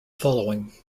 following